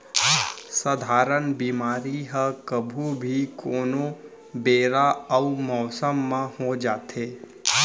सधारन बेमारी ह कभू भी, कोनो बेरा अउ मौसम म हो जाथे